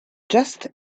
just